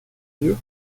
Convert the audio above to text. yeux